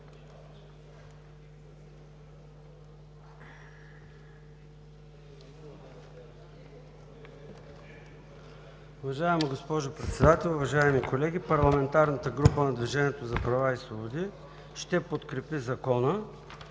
Уважаема госпожо Председател, уважаеми колеги, парламентарната група „Движение за права и свободи“ ще подкрепи Закона